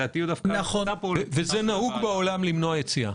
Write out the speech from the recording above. נכון וזה נהוג בעולם למנוע יציאה